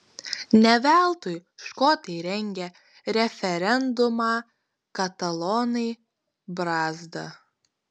ne veltui škotai rengė referendumą katalonai brazda